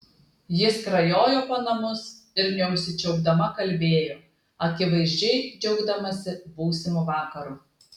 ji skrajojo po namus ir neužsičiaupdama kalbėjo akivaizdžiai džiaugdamasi būsimu vakaru